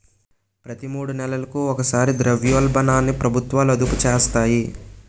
ప్రతి మూడు నెలలకు ఒకసారి ద్రవ్యోల్బణాన్ని ప్రభుత్వాలు అదుపు చేస్తాయి